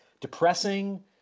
depressing